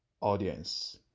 audience